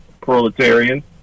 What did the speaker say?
proletarian